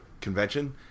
convention